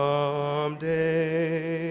Someday